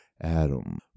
Adam